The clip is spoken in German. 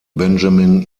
benjamin